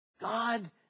God